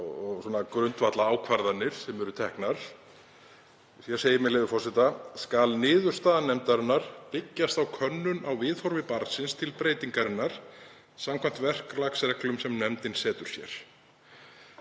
og grundvallarákvarðanir sem eru teknar, með leyfi forseta: „Skal niðurstaða nefndarinnar byggjast á könnun á viðhorfi barnsins til breytingarinnar samkvæmt verklagsreglum sem nefndin setur sér.“